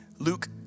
Luke